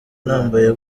nambaye